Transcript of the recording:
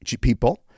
people